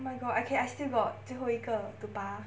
my god I can I still got to 最后一个 to 拔